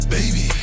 Baby